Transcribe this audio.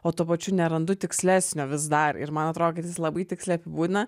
o tuo pačiu nerandu tikslesnio vis dar ir man atrodo kad jis labai tiksliai apibūdina